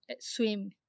swim